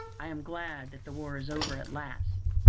i am glad that the war is over at last.